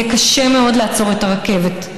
יהיה קשה מאוד לעצור את הרכבת,